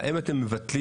האם אתם מבטלים,